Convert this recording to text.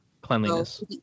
cleanliness